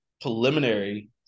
preliminary